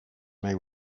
may